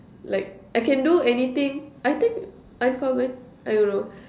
like I can do anything I think uncommon I don't know